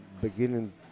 beginning